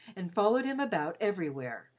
and followed him about everywhere,